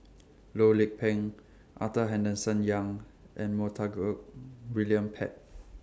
Loh Lik Peng Arthur Henderson Young and Montague William Pett